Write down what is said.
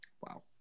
wow